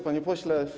Panie Pośle!